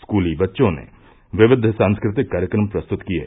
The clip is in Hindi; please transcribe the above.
स्कूली बच्चों ने विविध सांस्कृतिक कार्यक्रम प्रस्तत किये